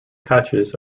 catches